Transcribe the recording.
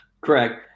Correct